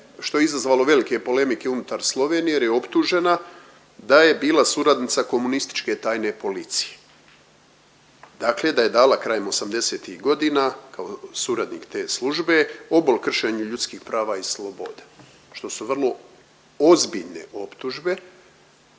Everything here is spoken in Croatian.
što je izazvalo velike polemike unutar Slovenije jer je optužena da je bila suradnica komunističke tajne policije. Dakle da je dala krajem 80-ih godina kao suradnik te službe obol kršenju ljudskih prava i sloboda, što su vrlo ozbiljne optužbe